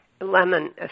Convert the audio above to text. Lemon